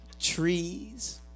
trees